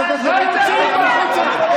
אסור לך לעשות ככה ביד למי שמדבר.